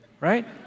right